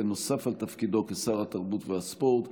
נוסף על תפקידו כשר התרבות והספורט,